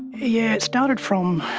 yeah it started from,